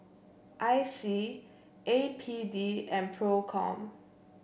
I C A P D and Procom